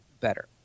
better